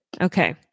Okay